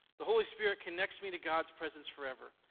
the holy spirit connects me to god's presence forever.